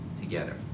Together